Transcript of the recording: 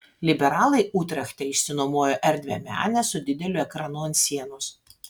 liberalai utrechte išsinuomojo erdvią menę su dideliu ekranu ant sienos